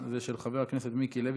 ואני מצרף את חבר הכנסת אבוטבול,